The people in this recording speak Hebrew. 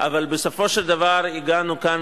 לפי הסכמתו של יושב-ראש